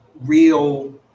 real